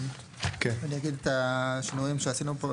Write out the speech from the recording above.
אני אגיד את השינויים שעשינו פה,